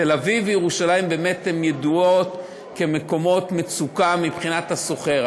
תל אביב וירושלים באמת ידועות כמקומות מצוקה מבחינת השוכר,